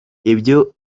ibyo